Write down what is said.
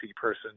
person